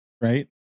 Right